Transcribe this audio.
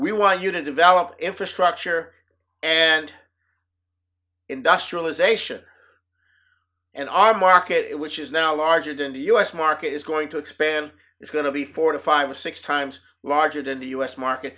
we want you to develop infrastructure and industrialization in our market which is now larger than the us market is going to expand it's going to be four to five six times larger than the us market